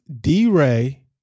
D-Ray